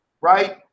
right